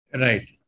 Right